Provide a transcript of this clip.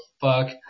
fuck